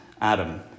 Adam